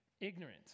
ignorant